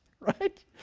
Right